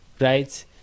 right